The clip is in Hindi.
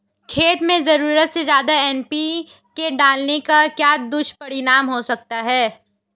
खेत में ज़रूरत से ज्यादा एन.पी.के डालने का क्या दुष्परिणाम हो सकता है?